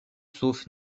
sauf